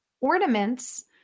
ornaments